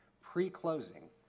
pre-closing